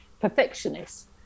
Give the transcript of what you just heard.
perfectionists